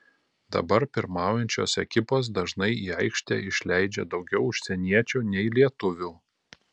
dabar pirmaujančios ekipos dažnai į aikštę išleidžia daugiau užsieniečių nei lietuvių